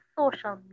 social